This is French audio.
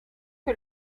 que